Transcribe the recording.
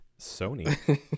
Sony